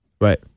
Right